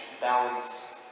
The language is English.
balance